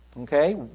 Okay